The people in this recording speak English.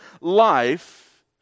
life